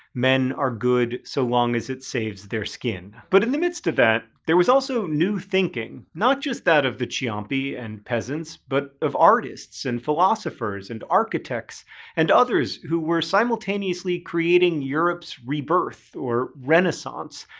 men are good so long as it saves their skin. but in the midst of that, there was also new thinking. not just that of the ciompi and peasants, but of artists and philosophers and architects and others, who were simultaneously creating europe's rebirth or renaissance.